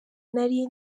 nari